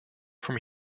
from